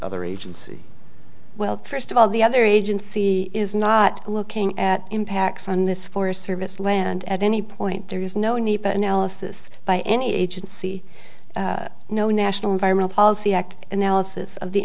other agency well first of all the other agency is not looking at impacts on this forest service land at any point there is no need to analyse this by any agency no national environmental policy act analysis of the